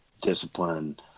discipline